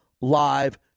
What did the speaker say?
live